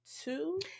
two